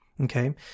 Okay